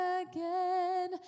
again